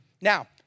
Now